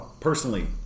personally